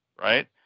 right